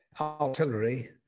artillery